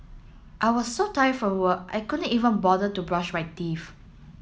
I was so tired from work I could not even bother to brush my teeth